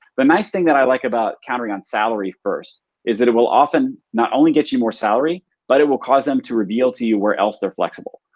the nice thing that i like about countering on salary first is that it will often not only get you more salary but it will cause them to reveal to you where else they're flexible.